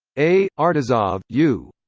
a. artizov, yu.